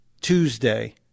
Tuesday